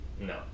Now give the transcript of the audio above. No